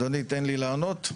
אדוני, תיתן לי לענות?